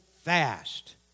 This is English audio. fast